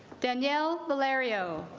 daniel malaria